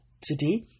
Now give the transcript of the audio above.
today